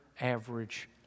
average